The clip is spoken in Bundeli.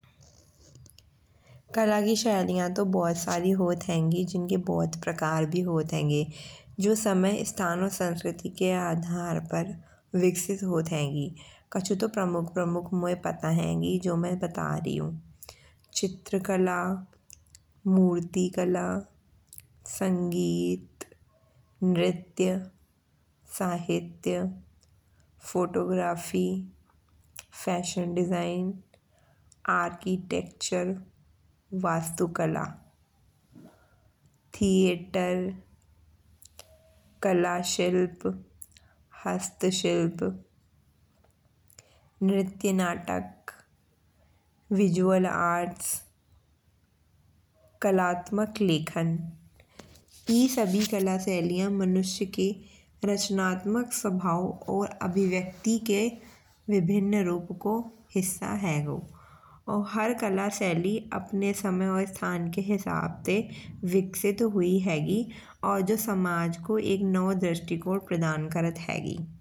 कला की तो बहुत सारी होत हेंगी। जिनके बहुत प्रकार भी होत हेंगें। जो समय स्थान और संस्कृति के आधार पर विकसित होत हेगी। कछु तो प्रमुख प्रमुख मोए पता हेंगी जो मैं बता रही हूँ। चित्रकला, मूर्तिकला, संगीत, नृत्य, साहित्य फोटोग्राफी, फैशन डिज़ाइन, आर्किटेक्चर, वास्तुकला, थियेटर कलाशिल्प। हस्तशिल्प, नृत्य नाटक, विज़ुअल आर्ट्स, कलात्मक लेखन। इन सभी कला शैलियाँ मनुष्य के रचनात्मक स्वभाव और अभिव्यक्ति के विभिन्न रूप को हिस्सा हेगो। और हर कला शैली अपने समय वा स्थान के हिसाब से विकसित हुई हेगी। और जा समाज को नओ दृष्टिकोन प्रदान करत हेगी।